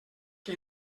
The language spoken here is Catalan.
que